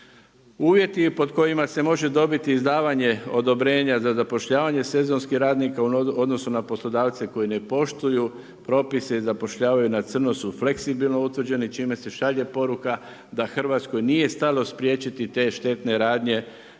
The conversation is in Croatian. Uvjeti pod kojima se može dobiti izdavanje odobrenja za zapošljavanja sezonskih radnika u odnosu na poslodavce koji ne poštuju propise i zapošljavaju na crno su fleksibilno utvrđeni čime se šalje poruka da Hrvatskoj nije stalo spriječiti te štetne radnje